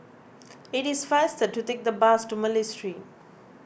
it is faster to take the bus to Malay Street